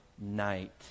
night